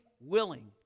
willing